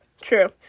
true